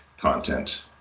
content